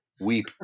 Weep